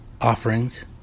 offerings